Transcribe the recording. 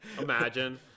imagine